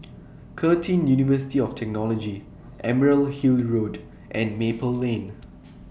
Curtin University of Technology Emerald Hill Road and Maple Lane